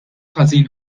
ħażin